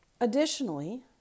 Additionally